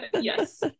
Yes